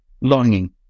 Longing